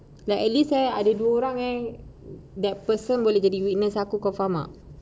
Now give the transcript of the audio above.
like at least eh saya ada dua orang that person boleh jadi witness kau faham tak